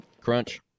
Crunch